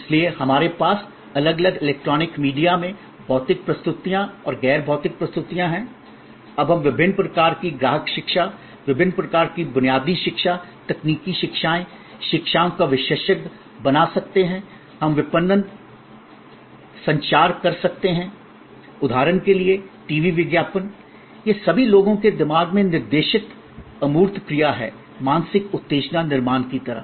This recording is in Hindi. इसलिए हमारे पास अलग अलग इलेक्ट्रॉनिक मीडिया में भौतिक प्रस्तुतियाँ और गैर भौतिक प्रस्तुतियाँ हैं अब हम विभिन्न प्रकार की ग्राहक शिक्षा विभिन्न प्रकार की बुनियादी शिक्षा तकनीकी शिक्षाएँ शिक्षा का विशेषज्ञ बना सकते हैं हम विपणन संचार कर सकते हैं उदाहरण के लिए टीवी विज्ञापन ये सभी लोगों के दिमाग में निर्देशित अमूर्त क्रिया है मानसिक उत्तेजना निर्माण की तरह